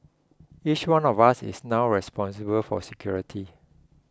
each one of us is now responsible for security